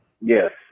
Yes